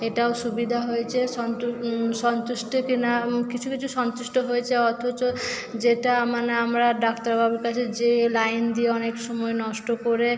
এটাও সুবিধা হয়েছে সন্তুষ্ট কিনা কিছু কিছু সন্তুষ্ট হয়েছে অথচ যেটা মানে আমরা ডাক্তারবাবুর কাছে যেয়ে লাইন দিয়ে অনেক সময় নষ্ট করে